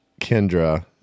Kendra